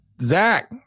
Zach